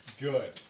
Good